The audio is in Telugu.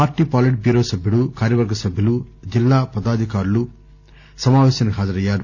పార్టీ పొలిట్ బ్యూరో సభ్యుడు కార్యవర్గ సభ్యులు జిల్లా పదాధికారులు సమావేశానికి హాజరయ్యారు